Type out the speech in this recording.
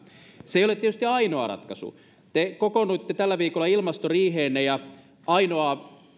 se ei ole tietysti ainoa ratkaisu te kokoonnuitte tällä viikolla ilmastoriiheenne ja ainoa